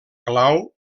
clau